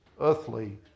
earthly